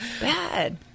bad